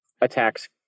attacks